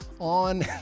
on